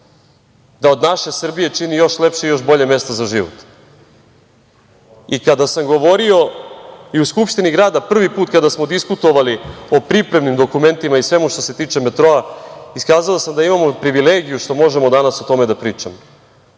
da od naše Srbije čini još lepše i još bolje mesto za život. Kada sam govorio i u Skupštini grada, prvi put kada smo diskutovali o pripremnim dokumentima i svemu što se tiče metroa, iskazao sam da imamo privilegiju što možemo danas o tome da pričamo,